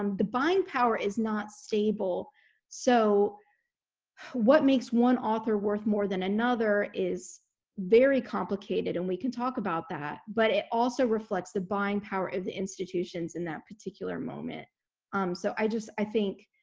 um the buying power is not stable so what makes one author worth more than another is very complicated and we can talk about that but it also reflects the buying power of the institutions in that particular moment so i just i think